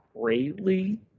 greatly